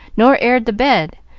nor aired the bed,